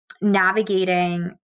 navigating